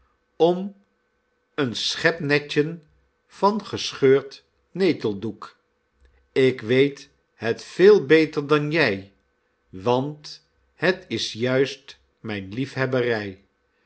om een schepnetjen van gescheurd neteldoek ik weet het veel beter dan jy want het is juist mijn liefhebbery